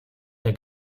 der